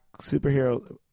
superhero